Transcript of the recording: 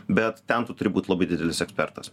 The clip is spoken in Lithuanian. bet ten turi būt labai didelis ekspertas